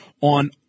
on